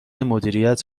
مدیریت